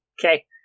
Okay